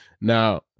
Now